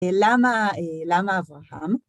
למה, למה אברהם?